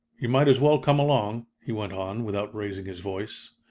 you might as well come along, he went on, without raising his voice.